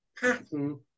pattern